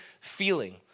feeling